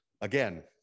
again